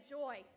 joy